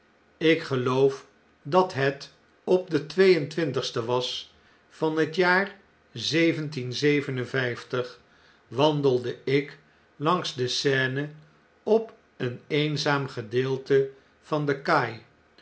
ik geloof dat het op den twee en twintigsten was van het jaar wandelde ik langs de seine op een eenzaam gedeelte vandekaai om